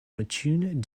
fortune